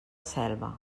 selva